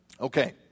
Okay